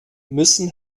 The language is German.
müssen